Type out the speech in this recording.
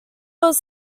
was